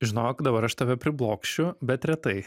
žinok dabar aš tave priblokšiu bet retai